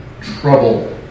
trouble